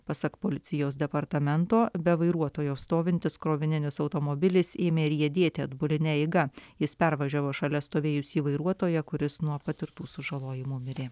pasak policijos departamento be vairuotojo stovintis krovininis automobilis ėmė riedėti atbuline eiga jis pervažiavo šalia stovėjusį vairuotoją kuris nuo patirtų sužalojimų mirė